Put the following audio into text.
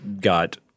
got –